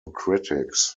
critics